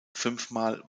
fünfmal